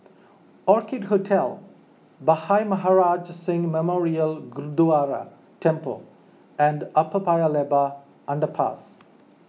Orchid Hotel Bhai Maharaj Singh Memorial Gurdwara Temple and Upper Paya Lebar Underpass